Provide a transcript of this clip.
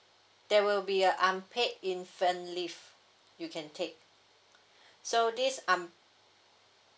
there will be a unpaid infant leave you can take so this un~